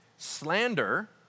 slander